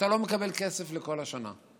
אתה לא מקבל כסף לכל השנה.